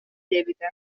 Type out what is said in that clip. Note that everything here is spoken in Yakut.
диэбитэ